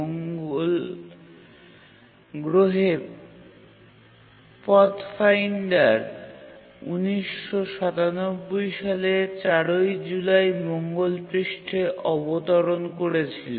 মঙ্গল গ্রহে পাথফাইন্ডার ১৯৯৭ সালের ৪ জুলাই মঙ্গল পৃষ্ঠে অবতরণ করেছিল